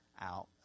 out